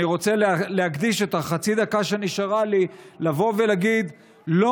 אני רוצה להקדיש את חצי הדקה שנשארה לי ולהגיד: לא